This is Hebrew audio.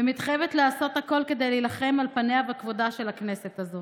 ומתחייבת לעשות הכול כדי להילחם על פניה וכבודה של הכנסת הזאת,